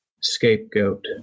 scapegoat